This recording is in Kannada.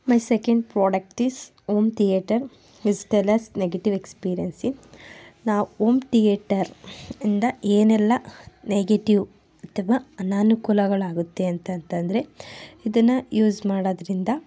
my second product is home theatre please tell us negative experience ಇನ್ನ ನಾವು ಓಮ್ ತಿಯೇಟರ್ ಇಂದ ಏನೆಲ್ಲ ನೆಗೆಟಿವ್ ಅಥವಾ ಅನಾನುಕೂಲಗಳಾಗುತ್ತೆ ಅಂತ ಅಂತಂದರೆ ಇದನ್ನು ಯೂಸ್ ಮಾಡೋದ್ರಿಂದ